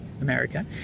America